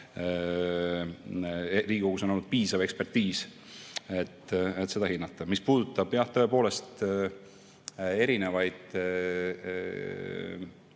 Riigikogus on olnud piisav ekspertiis, et seda hinnata. Mis puudutab jah, tõepoolest, erinevaid